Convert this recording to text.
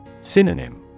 Synonym